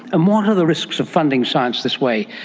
and what are the risks of funding science this way,